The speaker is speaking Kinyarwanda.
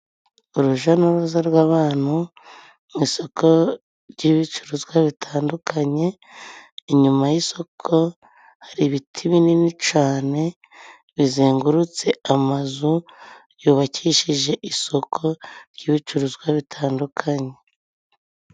Urujya n'uruza rw'abantu, mu isoko ry'ibicuruzwa bitandukanye, inyuma y'isoko hari ibiti binini cyane, bizengurutse amazu, yubakishije isoko ry'ibicuruzwa bitandukanye.